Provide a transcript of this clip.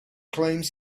claims